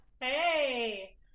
Hey